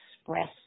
express